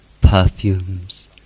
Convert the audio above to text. perfumes